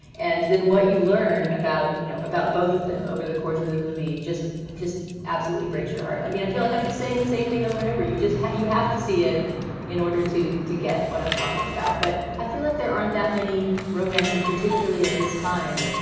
and then what you learn about, you know, about both of them over the course of the movie just just absolutely breaks your heart. i mean, i feel like i'm just saying the same thing over and over you, just how you have to see it in order to to get what i'm talking about. but i feel like there aren't that many romances, particularly of this time.